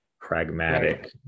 pragmatic